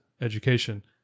education